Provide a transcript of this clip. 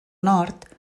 nord